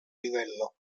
livello